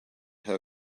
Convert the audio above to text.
her